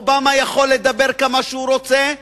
אובמה יכול לדבר כמה שהוא רוצה,